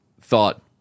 thought